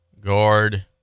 guard